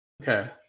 Okay